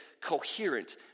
coherent